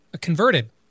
converted